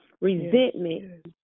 resentment